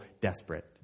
desperate